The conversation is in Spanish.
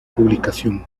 publicación